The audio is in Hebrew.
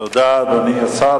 תודה, אדוני השר.